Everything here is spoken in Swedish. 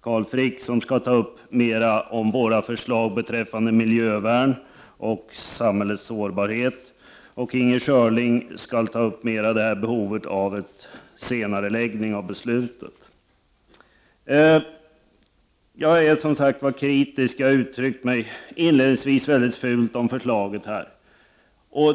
Carl Frick, som skall tala mera om våra förslag beträffande miljövården och samhällets sårbarhet, och av Inger Schörling som skall ta upp behovet av senareläggning av beslutet. Jag är som sagt kritisk; jag har här inledningsvis uttryckt mig väldigt fult om förslaget.